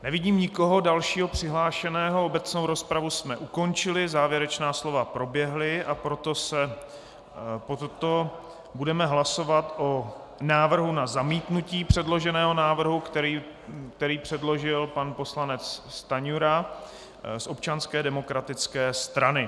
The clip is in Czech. Nevidím nikoho dalšího přihlášeného, obecnou rozpravu jsme ukončili, závěrečná slova proběhla, a proto budeme hlasovat o návrhu na zamítnutí předloženého návrhu, který předložil pan poslanec Stanjura z Občanské demokratické strany.